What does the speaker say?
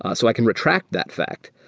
ah so i can retract that fact.